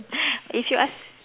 if you ask